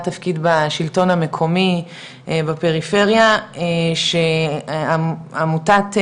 תפקיד בשלטון המקומי בפריפריה שעמותת מגשימים,